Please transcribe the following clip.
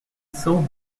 sold